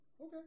okay